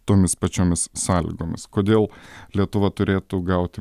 tomis pačiomis sąlygomis kodėl lietuva turėtų gauti